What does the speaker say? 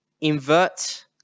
invert